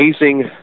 amazing